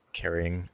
carrying